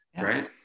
right